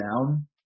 down